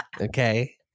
Okay